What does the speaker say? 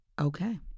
Okay